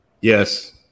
Yes